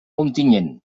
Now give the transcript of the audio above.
ontinyent